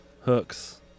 hooks